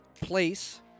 place